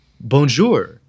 bonjour